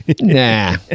nah